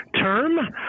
Term